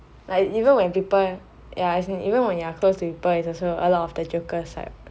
like even when people ya as in even when you are close to people it's a lot of the joker side